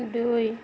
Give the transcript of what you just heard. দুই